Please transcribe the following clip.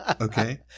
Okay